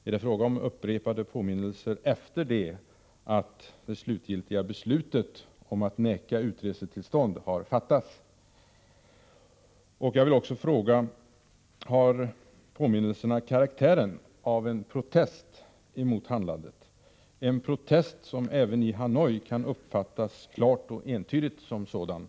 Är det fråga om upprepade påminnelser efter det att det slutgiltiga beslutet om att neka utresetillstånd hade fattats? Jag vill också fråga: Har påminnelserna haft karaktären av en protest mot handlandet — en protest som man även i Hanoi klart och entydigt kan uppfatta?